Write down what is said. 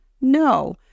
No